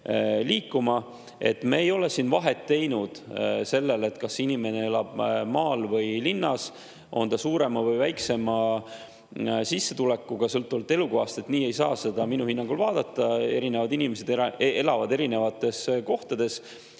liikuma. Me ei ole vahet teinud sellel, kas inimene elab maal või linnas, on ta suurema või väiksema sissetulekuga sõltuvalt elukohast – nii ei saa seda minu hinnangul vaadata. Inimesed elavad erinevates kohtades.